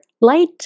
light